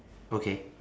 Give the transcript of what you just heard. okay